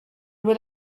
with